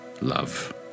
love